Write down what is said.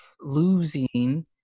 losing